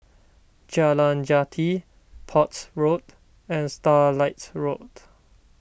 Jalan Jati Port Road and Starlight Road